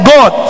God